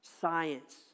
science